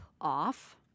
off